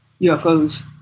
UFOs